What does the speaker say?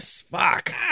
Fuck